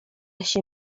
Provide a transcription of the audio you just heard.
się